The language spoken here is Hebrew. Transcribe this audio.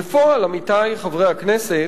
בפועל, עמיתי חברי הכנסת,